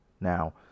Now